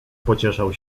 pocieszał